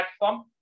platform